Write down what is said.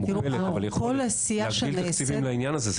מוגבלת, אבל יכולת להגדיל תקציבים לעניין הזה.